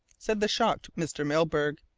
said the shocked mr. milburgh.